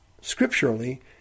scripturally